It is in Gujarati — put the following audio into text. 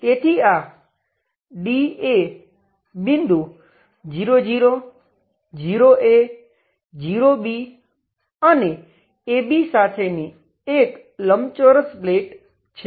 તેથી આ Dએ બિંદુ અને સાથેની એક લંબચોરસ પ્લેટ છે